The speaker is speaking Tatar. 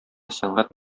сәнгать